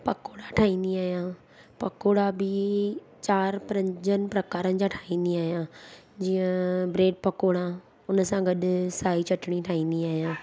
पकोड़ा ठाहींदी आहियां पकोड़ा बि चारि पंजनि प्रकारनि जा ठाहींदी आहियां जीअं ब्रेड पकोड़ा उन सां गॾु साई चटिणी ठाहींदी आहियां